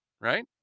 right